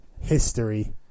History